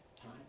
time